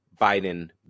biden